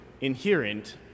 inherent